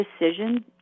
decision